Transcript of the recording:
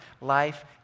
life